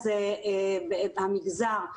המגזר,